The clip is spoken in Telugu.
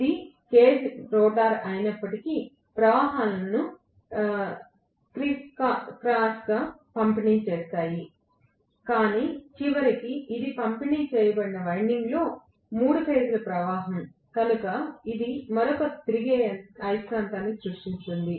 ఇది కేజ్ రోటర్ అయినప్పటికీ ప్రవాహాలు క్రిస్క్రాస్ను పంపిణీ చేస్తాయి కాని చివరికి ఇది పంపిణీ చేయబడిన వైండింగ్లో 3 ఫేజ్ల ప్రవాహం కనుక ఇది మరొక తిరిగే అయస్కాంత క్షేత్రాన్ని సృష్టించబోతోంది